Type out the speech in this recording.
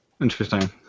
Interesting